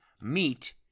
meet